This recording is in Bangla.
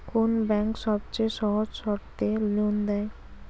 কোন ব্যাংক সবচেয়ে সহজ শর্তে লোন দেয়?